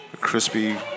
crispy